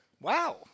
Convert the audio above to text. Wow